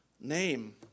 name